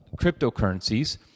cryptocurrencies